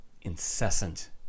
incessant